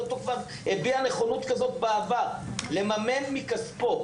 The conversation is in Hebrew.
הטוטו כבר הביע נכונות בעבר לממן מכספו